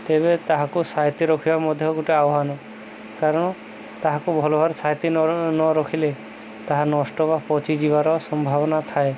ତେବେ ତାହାକୁ ସାଇତି ରଖିବା ମଧ୍ୟ ଗୋଟେ ଆହ୍ୱାନ କାରଣ ତାହାକୁ ଭଲ ଭାବେ ସାଇତି ନ ରଖିଲେ ତାହା ନଷ୍ଟ ବା ପଚିଯିବାର ସମ୍ଭାବନା ଥାଏ